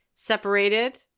separated